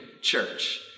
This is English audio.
church